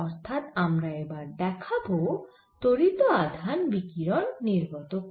অর্থাৎ আমরা এবার দেখাব ত্বরিত আধান বিকিরণ নির্গত করে